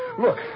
Look